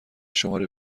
شماره